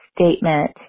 statement